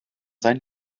sein